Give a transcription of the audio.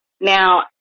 Now